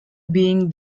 being